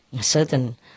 Certain